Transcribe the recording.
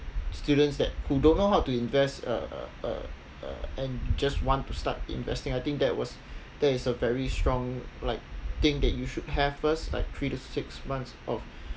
students that who don't know how to invest uh uh uh uh and just want to start investing I think that was that is a very strong like thing that you should have first like three to six months of